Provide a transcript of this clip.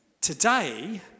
Today